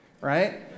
right